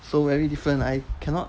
so very different I cannot